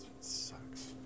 Sucks